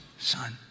Son